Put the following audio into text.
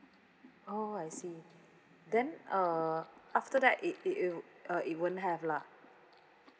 oh I see then uh after that it it it'll uh it won't have lah